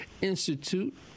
Institute